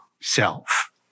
self